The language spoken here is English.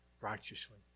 righteously